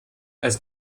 als